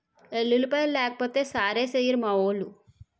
ఎల్లుల్లిపాయలు లేకపోతే సారేసెయ్యిరు మావోలు